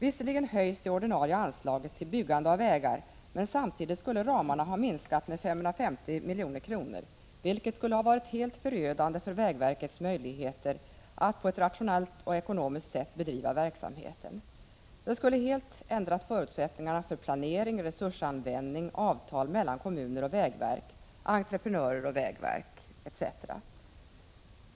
Visserligen höjs det ordinarie anslaget till byggande av vägar, men sammantaget skulle ramarna minskas med 550 milj.kr., vilket är helt förödande för vägverkets möjlighet att på ett rationellt och ekonomiskt sätt bedriva verksamheten. Det ändrar förutsättningarna för planering, resursanvändning, avtal mellan kommuner och vägverk, entreprenörer och vägverk etc.